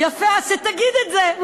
יפה, אז שתגיד את זה.